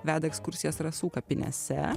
veda ekskursijas rasų kapinėse